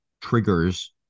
triggers